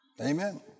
Amen